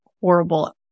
horrible